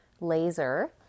Laser